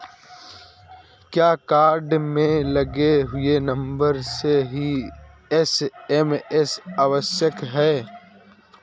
क्या कार्ड में लगे हुए नंबर से ही एस.एम.एस आवश्यक है?